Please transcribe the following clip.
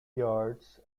yards